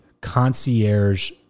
concierge